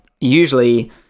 usually